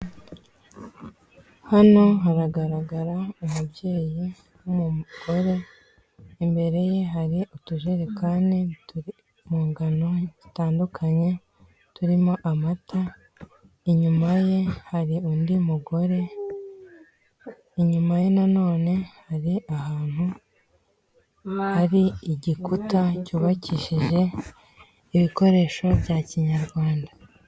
Hano haragaragara umubyeyi w'umugore imbere ye hari utujerekani turi mu ngano zitandukanye turimo amata inyuma ye hari undi mugore, inyuma ye nanone hari ahantu hari igikuta cyubakishije ibikoresho bya kinyarwanda.